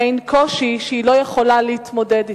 אין קושי שהיא לא יכולה להתמודד אתו.